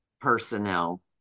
personnel